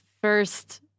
first